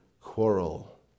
quarrel